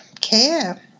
care